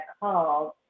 called